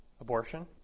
abortion